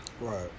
Right